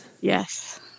Yes